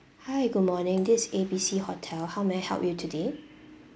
hi good morning this is A B C hotel how may I help you today